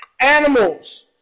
Animals